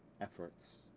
efforts